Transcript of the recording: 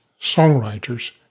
songwriters